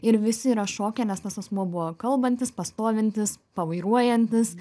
ir visi yra šoke nes tas asmuo buvo kalbantis pastovintis pavairuojantis